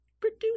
produce